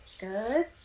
Good